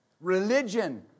Religion